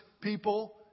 people